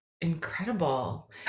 incredible